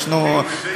ישנו,